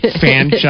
fan